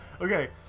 Okay